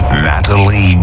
Natalie